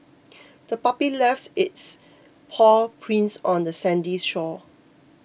the puppy left its paw prints on the sandy shore